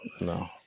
No